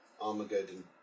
Armageddon